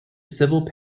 civil